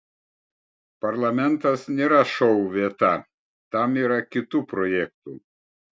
parlamentas nėra šou vieta tam yra kitų projektų